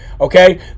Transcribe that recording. okay